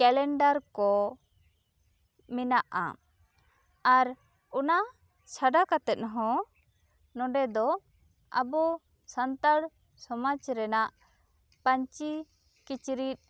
calendar ᱠᱚ ᱢᱮᱱᱟᱜᱼᱟ ᱟᱨ ᱚᱱᱟ ᱪᱷᱟᱰᱟ ᱠᱟᱛᱮ ᱦᱚᱸ ᱱᱚᱸᱰᱮ ᱫᱚ ᱟᱵᱚ ᱥᱟᱱᱛᱟᱲ ᱥᱚᱢᱟᱡᱽ ᱨᱮᱱᱟᱜ ᱯᱟᱹᱧᱪᱤ ᱠᱤᱪᱨᱤᱡ